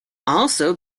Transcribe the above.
also